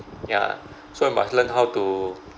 ya so we must learn how to